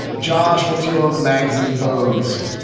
josh, what's your magsie bogues?